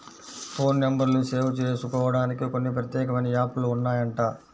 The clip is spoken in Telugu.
ఫోన్ నెంబర్లు సేవ్ జేసుకోడానికి కొన్ని ప్రత్యేకమైన యాప్ లు ఉన్నాయంట